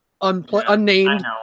unnamed